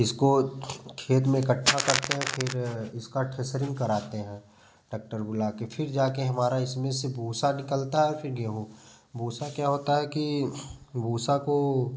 इसको खेत में इकठ्ठा करते हैं फिर उसका ठेसरिंग कराते हैं टेक्टर बुला के फिर जाके हमारा इसमें से भूसा निकलता है फिर गेहूँ भूसा क्या होता है कि भूसा को